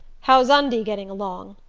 how's undie getting along?